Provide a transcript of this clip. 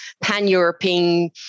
pan-European